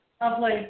lovely